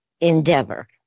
endeavor